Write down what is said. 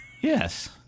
Yes